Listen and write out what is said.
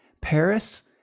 paris